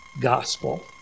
gospel